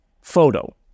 photo